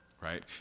Right